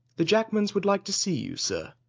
the jackmans would like to see you, sir.